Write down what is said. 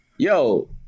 Yo